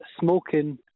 smoking